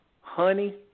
Honey